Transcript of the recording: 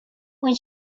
when